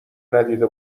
ندیده